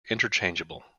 interchangeable